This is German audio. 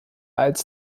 als